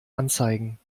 anzeigen